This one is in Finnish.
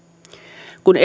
kun